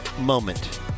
moment